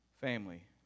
Family